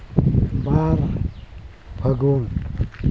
ᱵᱟᱨ ᱯᱷᱟᱹᱜᱩᱱ